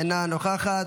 אינה נוכחת.